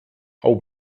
hau